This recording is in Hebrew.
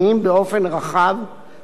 וככל שתתאפשר,